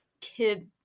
kid